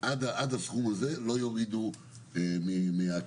עד הסכום הזה לא יורידו מהקצבה.